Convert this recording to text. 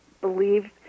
believe